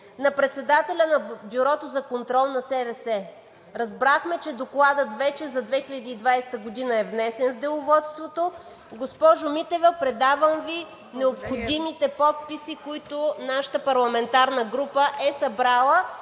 на председателя на Бюрото за контрол на СРС. Разбрахме, че докладът за 2020 г. вече е внесен в Деловодството. Госпожо Митева, предавам Ви необходимите подписи, които нашата парламентарна група е събрала